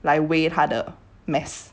来 weigh 他的 mass